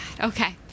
okay